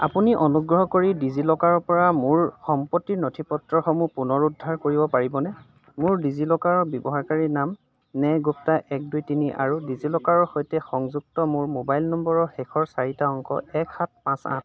আপুনি অনুগ্ৰহ কৰি ডিজিলকাৰৰ পৰা মোৰ সম্পত্তিৰ নথিপত্ৰসমূহ পুনৰুদ্ধাৰ কৰিব পাৰিবনে মোৰ ডিজিলকাৰ ব্যৱহাৰকাৰী নাম নেহ গুপ্তা এক দুই তিনি আৰু ডিজিলকাৰৰ সৈতে সংযুক্ত মোৰ মোবাইল নম্বৰৰ শেষৰ চাৰিটা অংক এক সাত পাঁচ আঠ